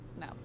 no